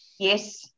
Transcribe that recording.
Yes